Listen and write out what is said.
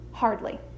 Hardly